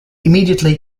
immediately